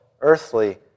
earthly